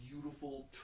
beautiful